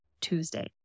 Tuesday